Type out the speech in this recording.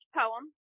poem